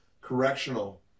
correctional